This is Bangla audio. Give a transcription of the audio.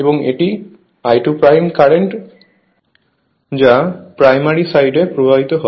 এবং এটি I2 কারেন্ট যা প্রাইমারি সাইডে প্রবাহিত হয়